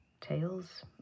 Tales